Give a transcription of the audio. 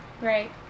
Right